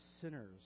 sinners